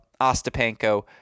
Ostapenko